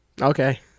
Okay